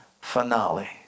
Finale